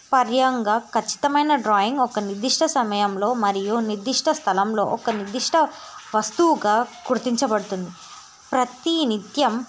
పరంగా ఖచ్చితమైన డ్రాయింగ్ ఒక నిర్దిష్ట సమయంలో మరియు నిర్దిష్ట స్థలంలో ఒక నిర్దిష్ట వస్తువుగా గుర్తించబడుతుంది ప్రతి నిత్యం